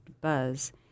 buzz